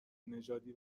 نژادی